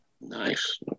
Nice